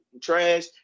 trash